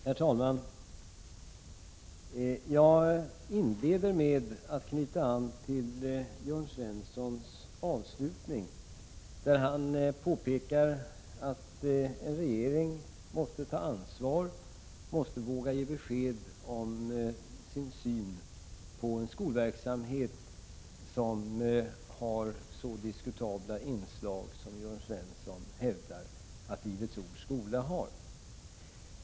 Herr talman! Jag inleder med att knyta an till Jörn Svenssons avslutning, där han påpekar att en regering måste ta ansvar för och våga ge besked om sin syn på en verksamhet som har så diskutabla inslag som Jörn Svensson hävdar att Livets ords skola har.